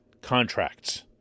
contracts